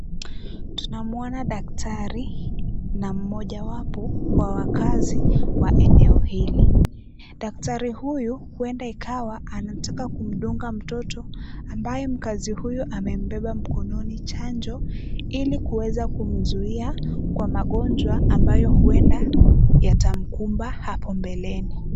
Tunamwona daktari na mmoja wapo wa wakaazi wa eneo hili. Daktari huyu huenda ikawa anataka kumdunga mtoto ambaye mkazi huyu amembeba mkononi chanjo, ili kuweza kumzuia kwa magonjwa ambayo huenda yatamkumba hapo mbeleni.